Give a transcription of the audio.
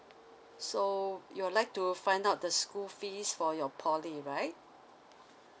so you would like to find out the school fees for your poly right